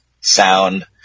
sound